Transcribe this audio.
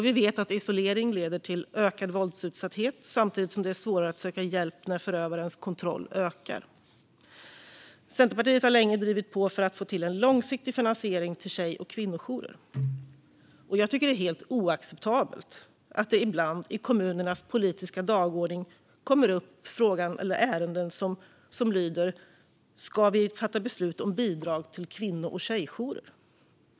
Vi vet att isolering leder till ökad utsatthet för våld, samtidigt som det är svårare att söka hjälp när förövarens kontroll ökar. Centerpartiet har länge drivit på för att få till en långsiktig finansiering av tjej och kvinnojourer. Jag tycker att det är helt oacceptabelt att det på kommunernas politiska dagordning ibland kommer upp ärenden av typen: Ska vi fatta beslut om bidrag till kvinno och tjejjourer?